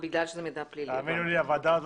הוועדה הזאת,